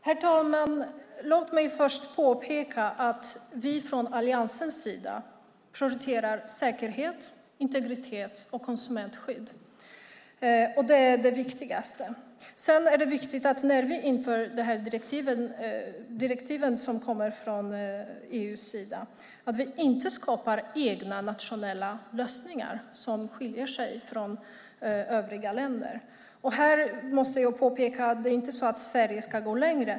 Herr talman! Låt mig först påpeka att från Alliansens sida prioriterar vi säkerhet, integritet och konsumentskydd. Det är det viktigaste. När vi inför direktivet som kommer från EU är det viktigt att vi inte skapar egna, nationella lösningar som skiljer sig från övriga länder. Här måste jag påpeka att det inte är så att Sverige ska gå längre.